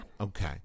Okay